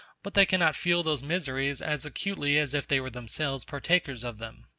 but they cannot feel those miseries as acutely as if they were themselves partakers of them.